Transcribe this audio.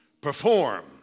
perform